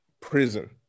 Prison